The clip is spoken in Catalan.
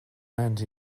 nens